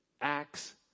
acts